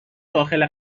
داخل